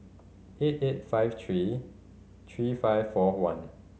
eight eight five three three five four one